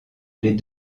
les